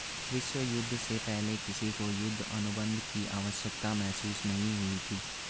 विश्व युद्ध से पहले किसी को युद्ध अनुबंध की आवश्यकता महसूस नहीं हुई थी